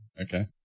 Okay